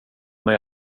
mig